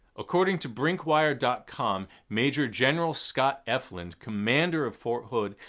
according to brinkwire dot com major general scott efflandt, commander of fort hood,